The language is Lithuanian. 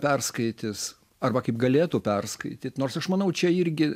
perskaitys arba kaip galėtų perskaityt nors aš manau čia irgi